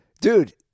dude